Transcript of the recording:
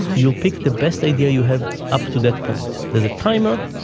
you'll pick the best idea you have up to that point. there's a timer.